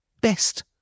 Best